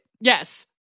Yes